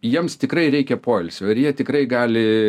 jiems tikrai reikia poilsio ir jie tikrai gali